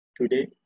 today